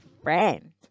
Friend